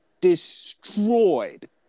destroyed